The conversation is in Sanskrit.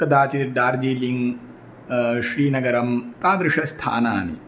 कदाचित् डार्जिलिङ्ग् श्रीनगरं तादृशस्थानानि